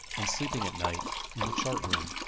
and sleeping at night in the chart-room.